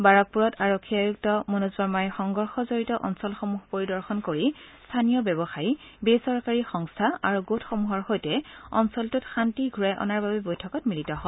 বাৰাকপূৰত আৰক্ষী আয়ক্ত মনোজ বাৰ্মাই সংঘৰ্ষ জডিত অঞ্চলসমূহৰ পৰিদৰ্শন কৰি স্থানীয় ব্যৱসায়ী বেচৰকাৰী সংস্থা আৰু গোটসমূহৰ সৈতে অঞ্চলটোত শান্তি ঘূৰাই অনাৰ বাবে বৈঠকত মিলিত হয়